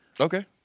Okay